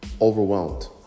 overwhelmed